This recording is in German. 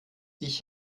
ich